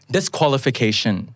Disqualification